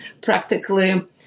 practically